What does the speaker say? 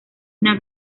una